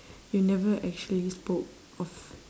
you never actually spoke of